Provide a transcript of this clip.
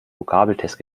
vokabeltest